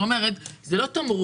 כלומר זה לא תמרור,